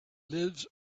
lives